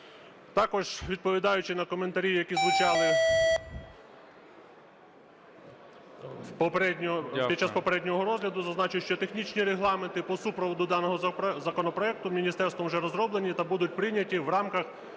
Також відповідаючи на коментарі, які звучали під час попереднього розгляду, зазначу, що технічні регламенти по супроводу даного законопроекту міністерством вже розроблені та будуть прийняті в рамках